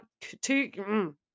two